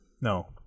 No